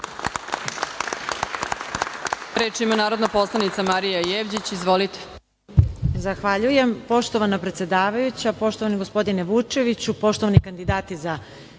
Reč ima narodna poslanica Marija Jevđić. Izvolite.